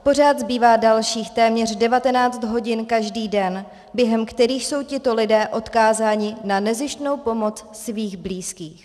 Pořád zbývá dalších téměř 19 hodin každý den, během kterých jsou tito lidé odkázáni na nezištnou pomoc svých blízkých.